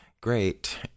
Great